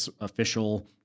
official